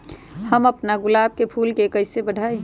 हम अपना गुलाब के फूल के कईसे बढ़ाई?